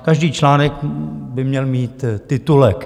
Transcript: Každý článek by měl mít titulek.